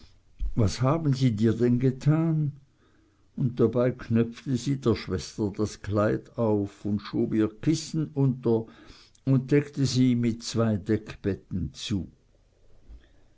was haben se dir denn gedan und dabei knöpfte sie der schwester das kleid auf und schob ihr kissen unter und deckte sie mit zwei deckbetten zu